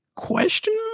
question